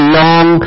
long